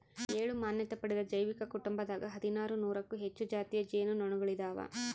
ಏಳು ಮಾನ್ಯತೆ ಪಡೆದ ಜೈವಿಕ ಕುಟುಂಬದಾಗ ಹದಿನಾರು ನೂರಕ್ಕೂ ಹೆಚ್ಚು ಜಾತಿಯ ಜೇನು ನೊಣಗಳಿದಾವ